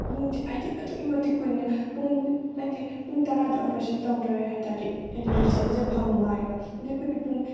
ꯃꯤꯁꯦ ꯍꯥꯏꯗꯤ ꯑꯗꯨꯛꯀꯤ ꯃꯇꯤꯛ ꯀꯨꯏꯅ ꯄꯨꯡ ꯍꯥꯏꯗꯤ ꯄꯨꯡ ꯇꯔꯥꯗ ꯑꯣꯄ꯭ꯔꯦꯁꯟ ꯇꯧꯗꯣꯔꯦ ꯍꯥꯏꯇꯥꯔꯗꯤ ꯍꯥꯏꯗꯤ ꯔꯤꯖꯜꯁꯦ ꯐꯪ ꯉꯥꯏꯔꯕ ꯑꯗꯨꯗꯤ ꯑꯩꯈꯣꯏꯗꯤ ꯄꯨꯡ